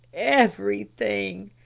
everything.